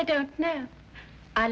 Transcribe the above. i don't know